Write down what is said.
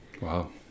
Wow